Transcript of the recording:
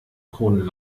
kronen